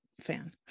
fan